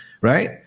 Right